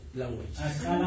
language